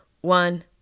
one